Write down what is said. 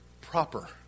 proper